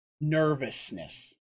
nervousness